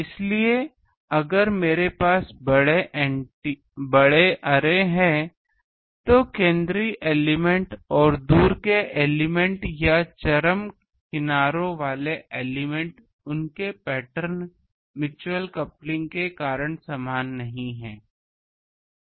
इसलिए अगर मेरे पास बड़े अरे हैं तो केंद्रीय एलिमेंट् और दूर के एलिमेंट् या चरम किनारों वाले एलिमेंट् उनके पैटर्न म्यूच्यूअल कपलिंग के कारण समान नहीं हैं